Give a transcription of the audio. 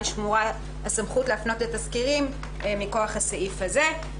שמורה הסמכות להפנות לתסקירים מכוח הסעיף הזה,